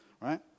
right